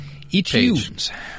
iTunes